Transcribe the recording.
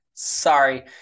sorry